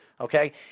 Okay